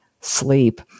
sleep